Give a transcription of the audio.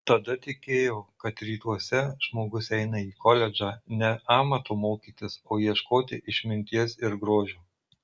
tada tikėjo kad rytuose žmogus eina į koledžą ne amato mokytis o ieškoti išminties ir grožio